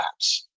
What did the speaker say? apps